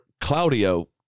Claudio